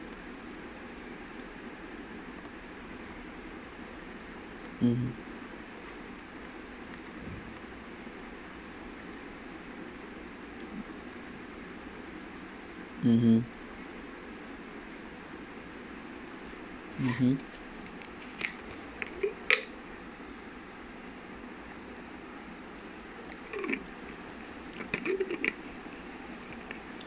mmhmm mmhmm mmhmm